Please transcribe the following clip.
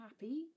happy